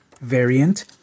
variant